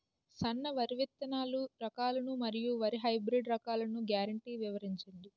సన్న వరి విత్తనాలు రకాలను మరియు వరి హైబ్రిడ్ రకాలను గ్యారంటీ వివరించండి?